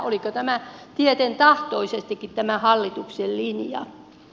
oliko tämä tietentahtoisestikin tämän hallituksen linja